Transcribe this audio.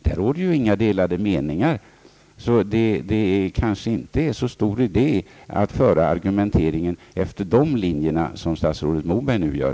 Här råder inga delade meningar, så det är kanske inte så stor idé att föra argumenteringen på det sätt som statsrådet Moberg gör.